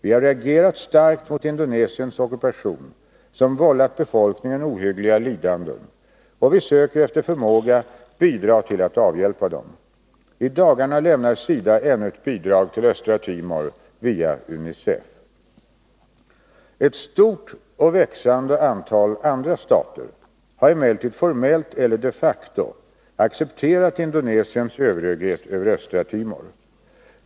Vi har reagerat starkt mot Indonesiens ockupation, som vållat befolkningen ohyggliga lidanden, och vi söker efter förmåga bidra till att avhjälpa dem. I dagarna lämnar SIDA ännu ett bidrag till Östra Timor via UNICEF. Ett stort och växande antal andra stater har emellertid formellt eller de facto accepterat Indonesiens överhöghet över Östra Timor.